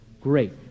Great